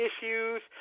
issues